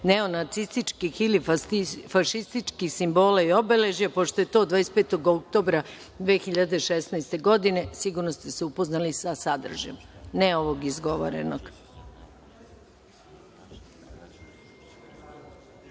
neonacističkih ili fašističkih simbola i obeležja, pošto je podneto 25. oktobra 2016. godine, sigurno ste se upoznali sa sadržajem, ali ne ovog